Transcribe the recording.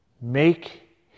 make